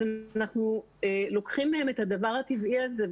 אז אנחנו לוקחים מהם את הדבר הטבעי הזה,